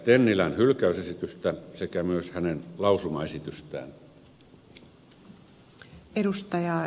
tennilän hylkäysesitystä sekä myös hänen lausumaesitystään